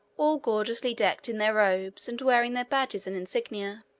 all gorgeously decked in their robes, and wearing their badges and insignia.